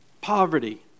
Poverty